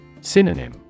Synonym